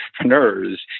entrepreneurs